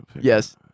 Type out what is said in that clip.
Yes